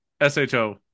s-h-o